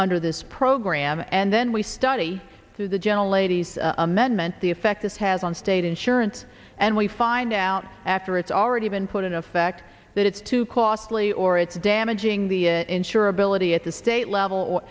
under this program and then we study through the gentle lady's amendment the effect this has on state insurance and we find out after it's already been put into effect that it's too costly or it's damaging the insurability at the state level